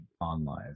online